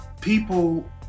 People